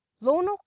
lono